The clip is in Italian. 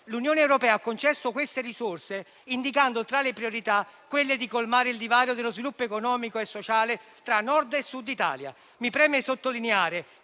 L'Unione europea ha concesso queste risorse indicando tra le priorità quella di colmare il divario di sviluppo economico e sociale tra Nord e Sud Italia. Mi preme sottolineare